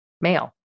male